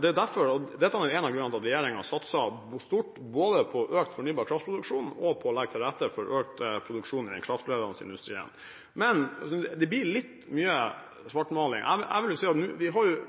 Dette er en av grunnene til at regjeringen satser stort både på økt fornybar kraftproduksjon og på å legge til rette for økt produksjon i den kraftkrevende industrien. Det blir litt mye svartmaling. Det vi virkelig trenger nå, er å få til en stram internasjonal klimaavtale, som jeg er helt sikker på at min kollega vil snakke om etterpå, og vi har jo